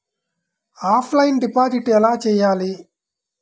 Offline deposit ఎలా చేయాలి?